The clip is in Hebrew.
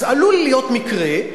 אז עלול להיות מקרה,